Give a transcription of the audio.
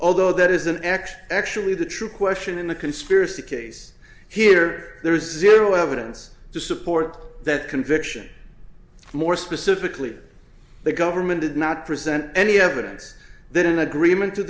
although that is an act actually the true question in the conspiracy case here there's a zero evidence to support that conviction more specifically the government did not present any evidence that an agreement to